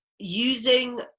using